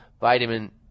vitamin